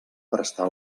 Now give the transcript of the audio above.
prestar